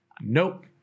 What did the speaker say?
Nope